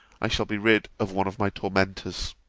i shall be rid of one of my tormentors.